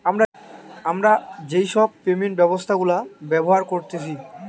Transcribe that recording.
আমরা যেই সব পেমেন্ট ব্যবস্থা গুলা ব্যবহার করতেছি